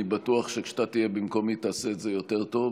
אני בטוח שכשאתה תהיה במקומי תעשה את זה יותר טוב,